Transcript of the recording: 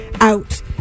out